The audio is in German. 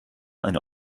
ein